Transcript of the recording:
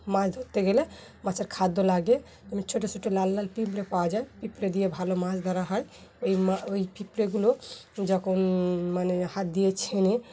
মাছ ধরতে গেলে মাছের খাদ্য লাগে যেমন ছোটো ছোটো লাল লাল পিঁপড়ে পাওয়া যায় পিঁপড়ে দিয়ে ভালো মাছ ধরা হয় ওই মা ওই পিঁপড়েগুলো যখন মানে হাত দিয়ে ছেনে